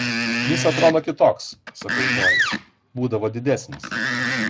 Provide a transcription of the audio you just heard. jis atrodo kitoks sakau zojai būdavo didesnis